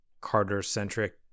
Carter-centric